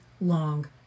long